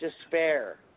despair